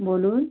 বলুন